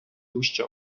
дужче